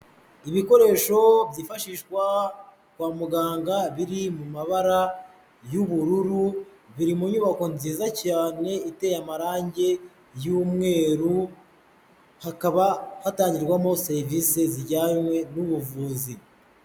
Ibikoresho byifashishwa kwa muganga, biri mu mabara y'ubururu, biri mu nyubako nziza cyane iteye amarangi y'umweru, hakaba hatangirwamo serivisi zijyanye n'ubuvuzi.